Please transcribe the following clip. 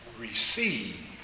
receive